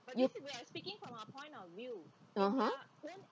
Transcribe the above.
you (uh huh)